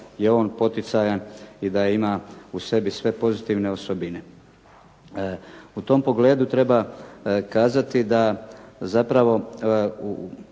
je on poticajan i da ima u sebi sve pozitivne osobine. U tom pogledu treba kazati da zapravo